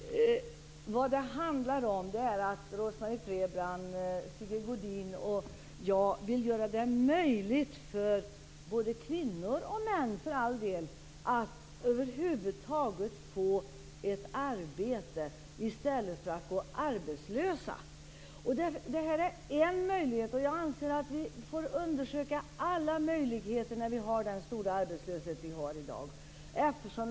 Fru talman! Vad det handlar om är att Rose-Marie Frebran, Sigge Godin och jag vill göra det möjligt för både kvinnor och, för all del, män att över huvud taget få ett arbete i stället för att gå arbetslösa. Det här är en möjlighet, och jag anser att vi får undersöka alla möjligheter när vi har den stora arbetslöshet som vi har i dag.